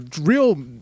real